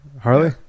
Harley